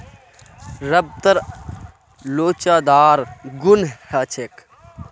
रबरत लोचदार गुण ह छेक